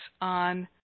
on